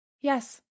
Yes